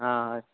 हाँ हाँ